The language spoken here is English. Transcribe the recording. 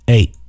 Eight